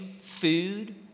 food